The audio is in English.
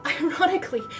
ironically